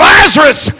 Lazarus